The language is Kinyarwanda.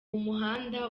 umuhanda